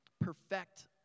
perfect